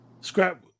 Scrap